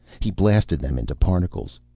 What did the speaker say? he blasted them into particles.